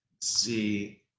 see